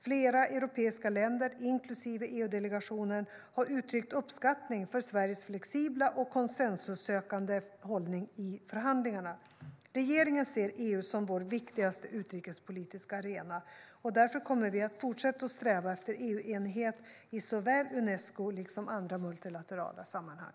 Flera europeiska länder, inklusive EU-delegationen, har uttryckt uppskattning för Sveriges flexibla och konsensussökande hållning i förhandlingarna. Regeringen ser EU som vår viktigaste utrikespolitiska arena, och därför kommer vi att fortsätta sträva efter EU-enighet i såväl Unesco som i andra multilaterala sammanhang.